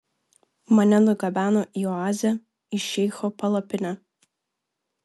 mane nugabeno į oazę į šeicho palapinę